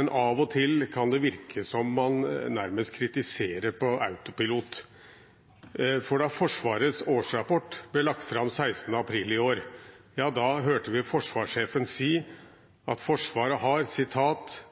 men av og til kan det virke som om man nærmest kritiserer på autopilot, for da Forsvarets årsrapport ble lagt fram 11. april i år, hørte vi forsvarssjefen si at Forsvaret har